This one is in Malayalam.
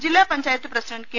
ജില്ലാ പഞ്ചായത്ത് പ്രസിഡന്റ് കെ